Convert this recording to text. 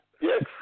Yes